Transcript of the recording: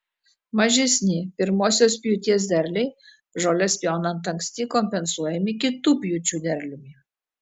mažesni pirmosios pjūties derliai žoles pjaunant anksti kompensuojami kitų pjūčių derliumi